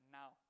now